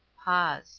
pause